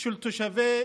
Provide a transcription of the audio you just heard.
של תושבי